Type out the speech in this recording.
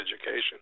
education